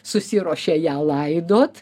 susiruošė ją laidot